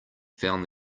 found